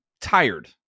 tired